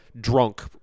drunk